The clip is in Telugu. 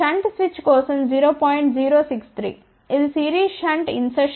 063 ఇది సిరీస్ షంట్ ఇన్సర్షన్ లాస్ దాదాపు 0